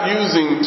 using